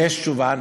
יש תשובה,